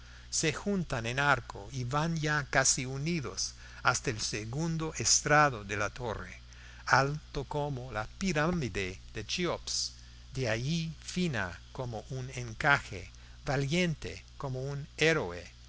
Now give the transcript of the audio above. se juntan en arco y van ya casi unidos hasta el segundo estrado de la torre alto como la pirámide de cheops de allí fina como un encaje valiente como un héroe